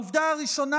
העובדה הראשונה,